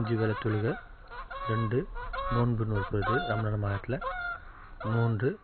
அஞ்சு வேளை தொழுக ரெண்டு நோன்புன்னு இருக்கிறது ரமலான் மாத்ததில் மூன்று